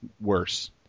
worse